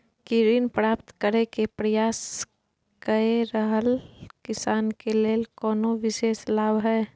की ऋण प्राप्त करय के प्रयास कए रहल किसान के लेल कोनो विशेष लाभ हय?